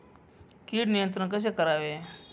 कीड नियंत्रण कसे करावे?